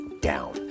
down